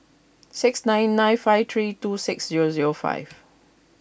six nine nine five three two six zero zero five